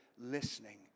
listening